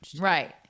Right